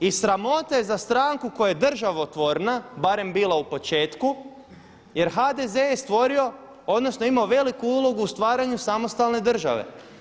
I sramota je za stranku koja je državotvorna, barem bila u početku jer HDZ je stvorio odnosno imao veliku ulogu u stvaranju samostalne države.